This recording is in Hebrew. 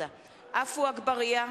(קוראת בשמות חברי הכנסת) עפו אגבאריה,